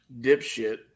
dipshit